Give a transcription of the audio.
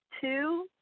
Two